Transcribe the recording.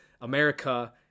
America